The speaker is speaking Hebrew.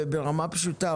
ברמה פשוטה,